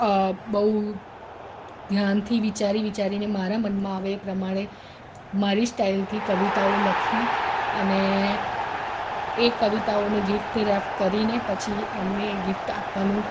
અ બહુ ધ્યાનથી વિચારી વિચારીને મારા મનમાં આવે એ પ્રમાણે મારી સ્ટાઇલથી કવિતાઓ લખી અને એ કવિતાઓને ગિફ્ટ રેપ કરીને પછી એમને એ ગિફ્ટ આપવાનું